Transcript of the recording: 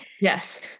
Yes